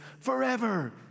forever